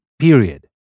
period